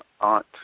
aunt